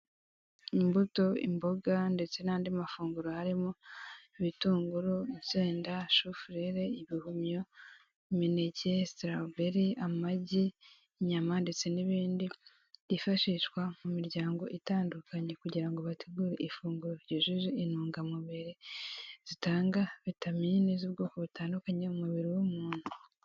Imbuto, imboga ndetse n'andi mafunguro harimo ibitunguru, insenda, shufurere, ibihumyo imineke, sitarawuberi, amagi, inyama ndetse n'ibindi byifashishwa mu miryango itandukanye kugira ngo bategure ifunguro ryujuje intungamubiri zitanga vitamine z'ubwoko butandukanye mu mubiri w'umuntu.